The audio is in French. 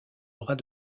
bras